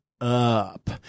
up